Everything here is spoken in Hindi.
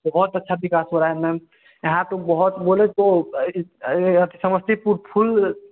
बहुत अच्छा विकास हो रहा है मैम एहाँ पे बहुत बोले तो ये समस्तीपुर फुल